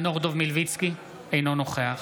אינו נוכח